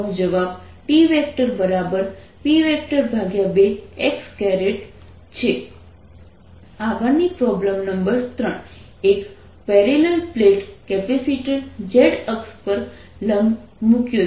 PP0x D 0E PE P20 D P2PP2P2 x આગળની problem number 3 એક parallel plate capacitor z અક્ષ પર લંબ મૂક્યો છે